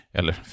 Eller